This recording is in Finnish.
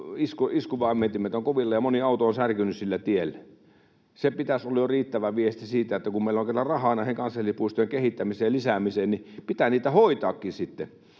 iskunvaimentimet ovat kovilla, ja moni auto on särkynyt sillä tiellä. Sen pitäisi olla jo riittävä viesti siitä, että kun meillä on kerran rahaa näiden kansallispuistojen kehittämiseen ja lisäämiseen, niin pitää niitä hoitaakin sitten.